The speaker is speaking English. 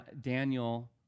Daniel